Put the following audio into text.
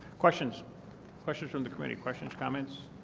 questions questions from the committee? questions, comments?